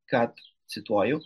kad cituoju